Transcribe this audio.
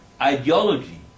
ideology